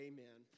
Amen